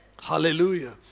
Hallelujah